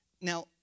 Now